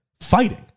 fighting